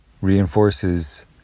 reinforces